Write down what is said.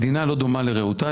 מדינה לא דומה לרעותה.